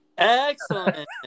Excellent